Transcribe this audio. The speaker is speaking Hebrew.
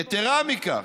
יתרה מכך,